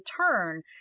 turn